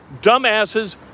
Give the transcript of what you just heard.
dumbasses